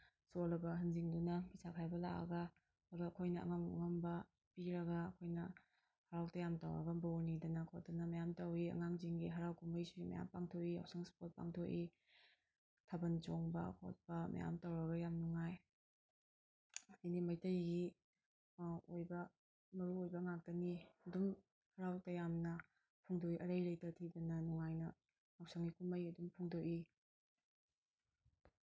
ꯁꯣꯜꯂꯕ ꯑꯍꯟꯁꯤꯡꯗꯨꯅ ꯄꯩꯁꯥ ꯈꯥꯏꯕ ꯂꯥꯛꯑꯒ ꯑꯩꯈꯣꯏꯅ ꯑꯉꯝ ꯑꯉꯝꯕ ꯄꯤꯔꯒ ꯑꯩꯈꯣꯏꯅ ꯍꯔꯥꯎ ꯇꯌꯥꯝ ꯇꯧꯔꯒ ꯕꯣꯔ ꯅꯤꯗꯅ ꯈꯣꯠꯇꯅ ꯃꯌꯥꯝ ꯇꯧꯋꯤ ꯑꯉꯥꯡꯁꯤꯡꯒꯤ ꯍꯔꯥꯎ ꯀꯨꯝꯍꯩꯁꯨ ꯃꯌꯥꯝ ꯄꯥꯡꯊꯣꯛꯏ ꯌꯥꯎꯁꯪ ꯏꯁꯄꯣꯔꯠꯁ ꯄꯥꯡꯊꯣꯛꯏ ꯊꯥꯕꯟ ꯆꯣꯡꯕ ꯈꯣꯠꯄ ꯃꯌꯥꯝ ꯇꯧꯔꯒ ꯌꯥꯝ ꯅꯨꯡꯉꯥꯏ ꯑꯦꯅꯤ ꯃꯩꯇꯩꯒꯤ ꯑꯣꯏꯕ ꯑꯣꯏꯕ ꯃꯔꯨꯑꯣꯏꯕ ꯉꯥꯛꯇꯅꯤ ꯑꯗꯨꯝ ꯍꯔꯥꯎ ꯇꯌꯥꯝꯅ ꯐꯣꯡꯗꯣꯛꯏ ꯑꯔꯩ ꯂꯩꯇ ꯊꯤꯗꯅ ꯅꯨꯡꯉꯥꯏꯅ ꯌꯥꯎꯁꯪꯒꯤ ꯀꯨꯝꯍꯩ ꯑꯗꯨꯝ ꯐꯣꯡꯗꯣꯛꯏ